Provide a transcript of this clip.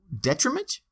Detriment